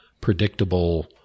predictable